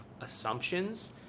assumptions